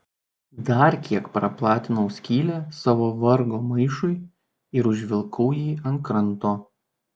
dar kiek praplatinau skylę savo vargo maišui ir užvilkau jį ant kranto